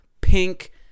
pink